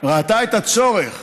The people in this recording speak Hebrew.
ראתה את הצורך